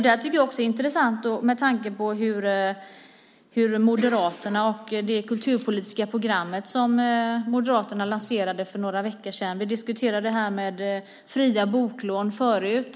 Det tycker jag också är intressant med tanke på det kulturpolitiska program som Moderaterna lanserade för några veckor sedan. Vi diskuterade det här med fria boklån förut.